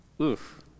Oof